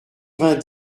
vingt